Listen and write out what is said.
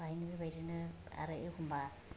बेवहायनो बेबायदिनो आरो एखम्बा